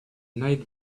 night